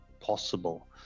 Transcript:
possible